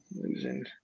losing